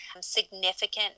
significant